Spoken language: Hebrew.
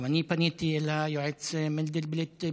גם אני פניתי אל היועץ מנדלבליט,